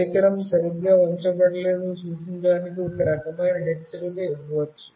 పరికరం సరిగ్గా ఉంచబడలేదని సూచించడానికి ఒక రకమైన హెచ్చరిక ఇవ్వవచ్చు